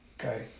okay